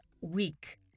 week